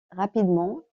rapidement